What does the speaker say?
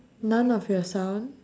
none of your sound